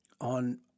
on